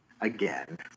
Again